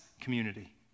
community